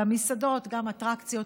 גם מסעדות גם אטרקציות,